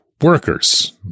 Workers